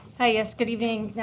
hi, yes, good evening,